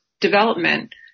development